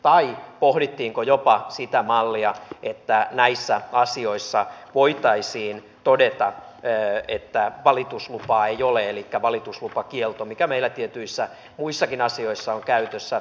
tai pohdittiinko jopa sitä mallia että näissä asioissa voitaisiin todeta että valituslupaa ei ole elikkä olisi valituslupakielto mikä meillä tietyissä muissakin asioissa on käytössä